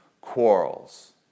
quarrels